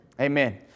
Amen